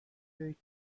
through